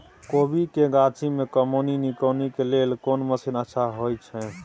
कोबी के गाछी में कमोनी निकौनी के लेल कोन मसीन अच्छा होय छै?